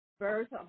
birds